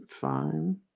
fine